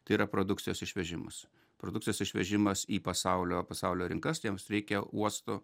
tai yra produkcijos išvežimus produkcijos išvežimas į pasaulio pasaulio rinkas jiems reikia uosto